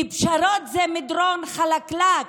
כי פשרות הן מדרון חלקלק,